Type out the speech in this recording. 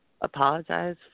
apologize